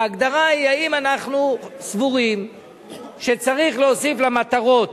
ההגדרה היא האם אנחנו סבורים שצריך להוסיף למטרות